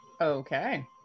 Okay